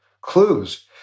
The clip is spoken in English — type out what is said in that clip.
clues